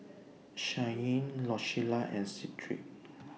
Shyanne Rosella and Sedrick